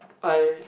I